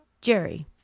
Jerry